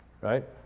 Right